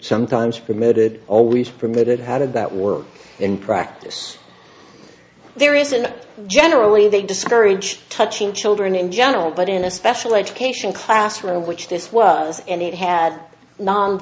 sometimes permitted always permitted how did that work in practice there isn't generally they discourage touching children in general but in a special education classroom which this was and it had non